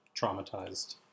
traumatized